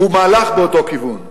הוא מהלך באותו כיוון,